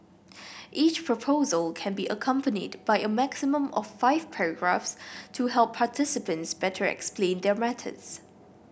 each proposal can be accompanied by a maximum of five photographs to help participants better explain their methods